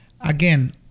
again